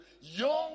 young